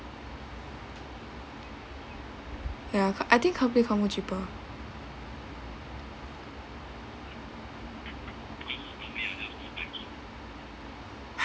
ya I think cheaper